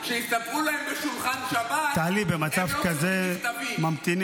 -- הם לא צריכים מכתבים.